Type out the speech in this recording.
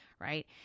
right